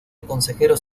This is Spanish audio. consejeros